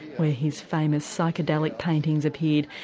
where his famous psychedelic paintings appeared,